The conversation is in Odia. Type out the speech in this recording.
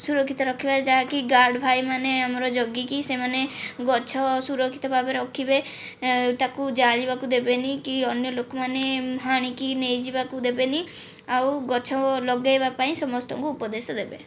ସୁରକ୍ଷିତ ରଖିବା ଯାହାକି ଗାର୍ଡ଼ ଭାଇମାନେ ଆମର ଜଗିକି ସେମାନେ ଗଛ ସୁରକ୍ଷିତ ଭାବେ ରଖିବେ ତାକୁ ଜାଳିବାକୁ ଦେବେନାହିଁ କି ଅନ୍ୟ ଲୋକମାନେ ହାଣିକି ନେଇଯିବାକୁ ଦେବେନାହିଁ ଆଉ ଗଛ ଲଗାଇବା ପାଇଁ ସମସ୍ତଙ୍କୁ ଉପଦେଶ ଦେବେ